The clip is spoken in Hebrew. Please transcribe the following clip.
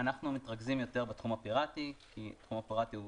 אנחנו מתרכזים יותר בתחום הפירטי כי התחום הפירטי הוא